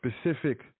specific